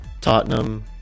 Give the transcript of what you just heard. Tottenham